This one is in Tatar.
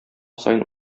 саен